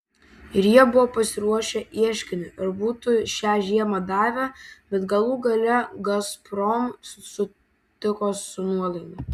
ir jie buvo pasiruošę ieškinį ir būtų šią žiemą davę bet galų gale gazprom sutiko su nuolaida